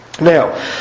now